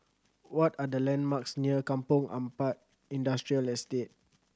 what are the landmarks near Kampong Ampat Industrial Estate